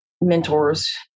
mentors